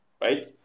right